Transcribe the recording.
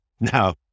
No